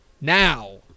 Now